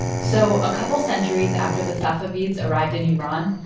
so a couple centuries after the safavids arrived in iran,